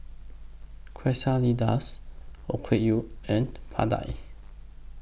Quesadillas Okayu and Pad Thai